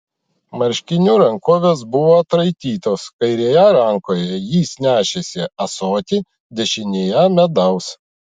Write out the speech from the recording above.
marškinių rankovės buvo atraitytos kairėje rankoje jis nešėsi ąsotį dešinėje medaus